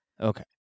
Okay